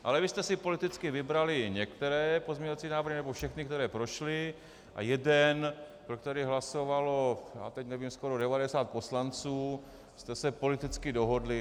Ale vy jste si politicky vybrali jen některé pozměňovací návrhy, nebo všechny, které prošly, a jeden, pro který hlasovalo, já teď nevím, skoro 90 poslanců, jste se politicky dohodli.